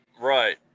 Right